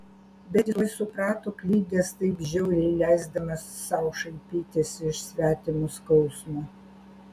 bet jis tuoj suprato klydęs taip žiauriai leisdamas sau šaipytis iš svetimo skausmo